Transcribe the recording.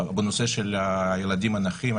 בנושא של הילדים הנכים.